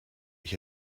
ich